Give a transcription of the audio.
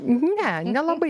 ne nelabai